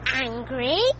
angry